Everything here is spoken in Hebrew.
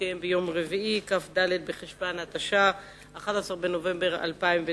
התש"ע 2009,